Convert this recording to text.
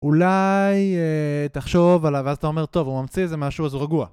אולי תחשוב עליו ואז אתה אומר, טוב, הוא ממציא איזה משהו אז הוא רגוע.